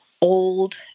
old